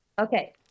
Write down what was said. Okay